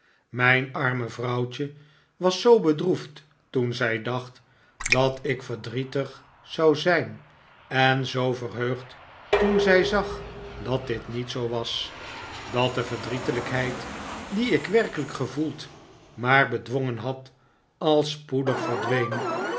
mijn arme vrouwtje was zoo bedroefd toen zij dacht dat ik verdrietig zou zijn en zoo verheugd toen zij zag dat dit niet zoo was dat de verdrietelijkheid die ik werkelijk gevoeld maar bedwongen had al spoedig verdween